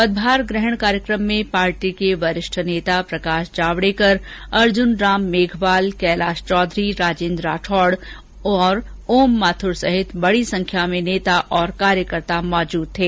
पदभार ग्रहण कार्यक्रम में पार्टी के वरिष्ठ नेता प्रकाश जावड़ेकर अर्जुनराम मेघवाल कैलाश चौधरी राजेन्द्र राठौड़ और ओम माथुर सहित बड़ी संख्या में नेता और कार्यकर्ता मौजूद थे